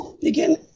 begin